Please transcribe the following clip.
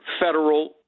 federal